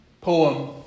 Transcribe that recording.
poem